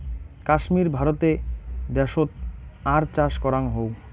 কাশ্মীর ভারতে দ্যাশোত আর চাষ করাং হউ